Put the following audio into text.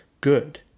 good